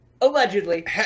Allegedly